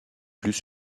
plus